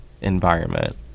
environment